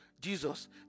Jesus